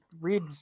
read